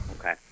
Okay